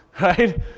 right